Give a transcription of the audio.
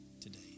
today